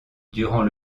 durant